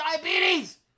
diabetes